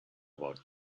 about